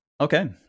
Okay